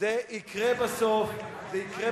זה יקרה בסוף,